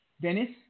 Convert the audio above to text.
Dennis